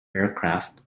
aircraft